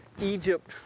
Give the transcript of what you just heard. Egypt